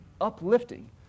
uplifting